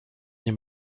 nie